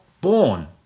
born